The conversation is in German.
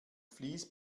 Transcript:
fleece